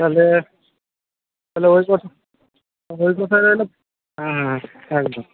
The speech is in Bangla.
তাহলে তাহলে ওই কথা ওই কথাই রইল হ্যাঁ হ্যাঁ একদম